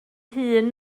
hŷn